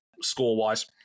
Score-wise